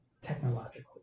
technologically